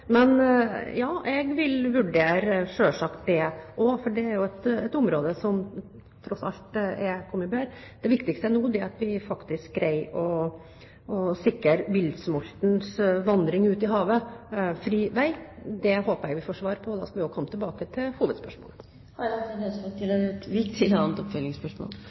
Ja, jeg vil selvsagt vurdere det, for det er jo et område som tross alt er blitt bedre. Det viktigste nå er at vi faktisk greier å sikre villsmolten fri vei ut i havet. Det håper jeg vi får svar på, og da skal vi også komme tilbake til hovedspørsmålet. Jeg vil referere til debatten som var under den muntlige spørretimen i dag, knyttet til